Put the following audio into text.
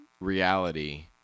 reality